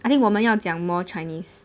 I think 我们要讲 more chinese